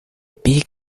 big